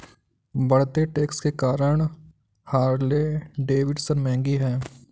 बढ़ते टैक्स के कारण हार्ले डेविडसन महंगी हैं